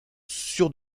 sur